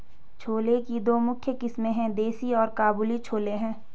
छोले की दो मुख्य किस्में है, देसी और काबुली छोले हैं